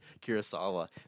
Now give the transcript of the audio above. Kurosawa